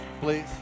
please